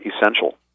essential